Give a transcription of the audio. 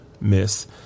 miss